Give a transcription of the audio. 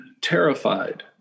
terrified